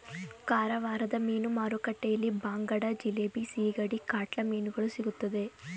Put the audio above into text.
ಕಾರವಾರದ ಮೀನು ಮಾರುಕಟ್ಟೆಯಲ್ಲಿ ಬಾಂಗಡ, ಜಿಲೇಬಿ, ಸಿಗಡಿ, ಕಾಟ್ಲಾ ಮೀನುಗಳು ಸಿಗುತ್ತದೆ